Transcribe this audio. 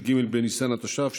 י"ג בניסן התש"ף,